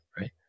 right